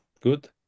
good